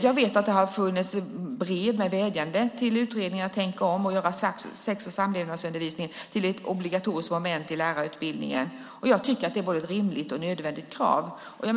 Jag vet att det har kommit brev med vädjanden till utredningen att tänka om och göra sex och samlevnadsundervisning till ett obligatoriskt moment i lärarutbildningen. Jag tycker att det vore ett rimligt och nödvändigt krav.